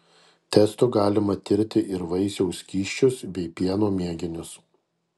testu galima tirti ir vaisiaus skysčius bei pieno mėginius